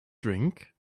drink